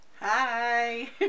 Hi